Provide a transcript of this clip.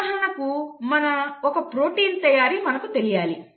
ఉదాహరణకు ఒక ప్రోటీన్ తయారీ మనకు తెలియాలి